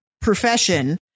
profession